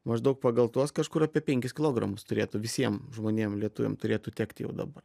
maždaug pagal tuos kažkur apie penkis kilogramus turėtų visiem žmonėm lietuviam turėtų tekti jau dabar